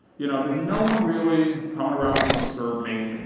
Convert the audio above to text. you know, there's no one really coming around to disturb me,